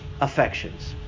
affections